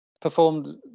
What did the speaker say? performed